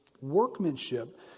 workmanship